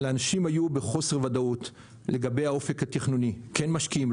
האנשים היו בחוסר ודאות לגבי האופק התכנוני כן משקיעים,